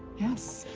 yes.